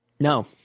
No